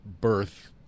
birth